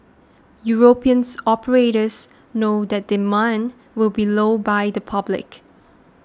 Europeans operators know that demand will be low by the public